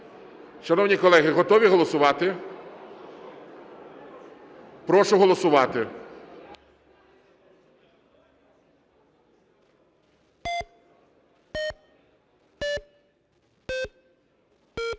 Шановні колеги, готові голосувати? Прошу голосувати.